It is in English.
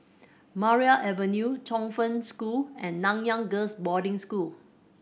Maria Avenue Chongfu School and Nanyang Girls' Boarding School